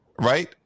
right